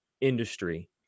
industry